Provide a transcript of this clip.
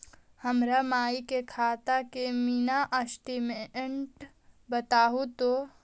हमर माई के खाता के मीनी स्टेटमेंट बतहु तो?